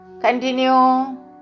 continue